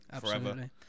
forever